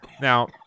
now